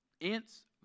Ants